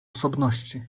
osobności